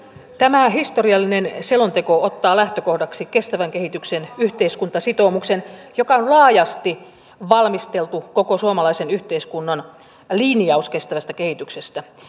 tämä historiallinen selonteko ottaa lähtökohdaksi kestävän kehityksen yhteiskuntasitoumuksen joka on laajasti valmisteltu koko suomalaisen yhteiskunnan linjaus kestävästä kehityksestä